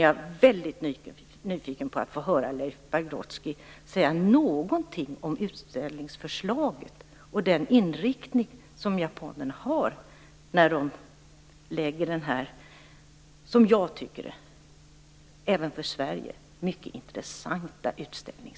Jag är nyfiken på att få höra Leif Pagrotsky säga någonting om det, även för Sverige, mycket intressanta japanska förslaget till utställning.